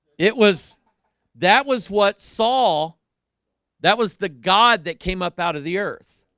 it was that was what saw that was the god that came up out of the earth